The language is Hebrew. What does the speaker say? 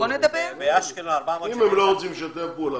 אם הם לא רוצים לשתף פעולה,